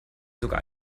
sogar